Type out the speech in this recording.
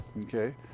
Okay